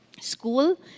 school